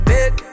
Big